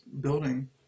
building